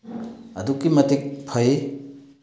ꯑꯗꯨꯛꯀꯤ ꯃꯇꯤꯛ ꯐꯩ